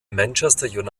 manchester